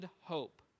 hope